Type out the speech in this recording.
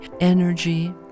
energy